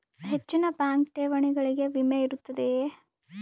ಹೆಚ್ಚಿನ ಬ್ಯಾಂಕ್ ಠೇವಣಿಗಳಿಗೆ ವಿಮೆ ಇರುತ್ತದೆಯೆ?